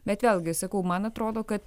bet vėlgi sakau man atrodo kad